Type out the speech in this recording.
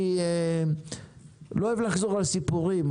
אני לא אוהב לחזור על סיפורים,